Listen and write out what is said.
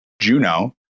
Juno